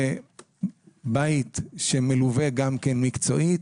לבית שמלווה מקצועית,